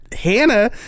Hannah